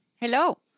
Hello